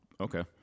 okay